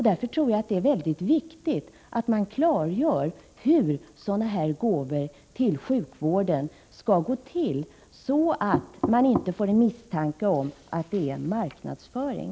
Därför tycker jag att det är mycket viktigt att man klargör hur det skall gå till med sådana här gåvor till sjukvården, så att det inte uppstår misstanke om att det är en marknadsföring.